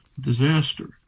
disaster